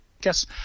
guess